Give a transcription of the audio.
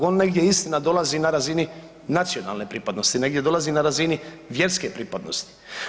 On negdje istina dolazi na razini nacionalne pripadnosti, negdje dolazi na razini vjerske pripadnosti.